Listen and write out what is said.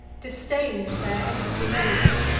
disdains their empty menace,